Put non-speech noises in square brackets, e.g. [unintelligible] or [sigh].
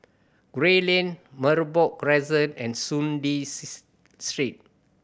Gray Lane Merbok Crescent and Soon Lee [unintelligible] Street